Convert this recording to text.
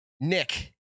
Nick